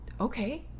okay